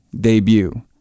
debut